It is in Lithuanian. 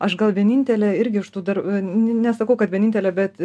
aš gal vienintelė irgi iš tų dar nesakau kad vienintelė bet